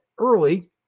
early